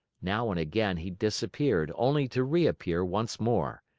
now and again he disappeared only to reappear once more.